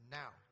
now